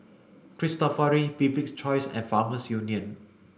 Cristofori Bibik's Choice and Farmers Union